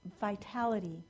vitality